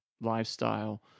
lifestyle